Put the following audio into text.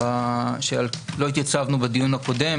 שלא התייצבנו בדיון הקודם,